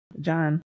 John